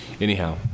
Anyhow